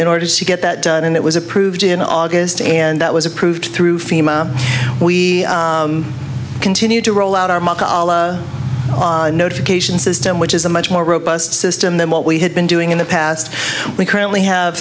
in order to get that done and it was approved in august and that was approved through fema we continue to roll out our market notification system which is a much more robust system than what we had been doing in the past we currently have